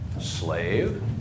slave